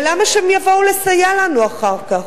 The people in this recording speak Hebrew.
ולמה שהם יבואו לסייע לנו אחר כך?